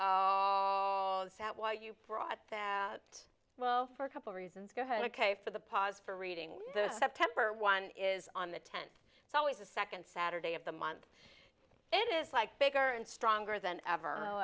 all that why you brought that well for a couple reasons go ahead ok for the pause for reading the september one is on the tenth it's always a second saturday of the month it is like bigger and stronger than ever